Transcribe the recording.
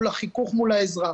של החיכוך מול האזרח.